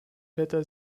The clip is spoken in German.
wetter